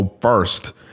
first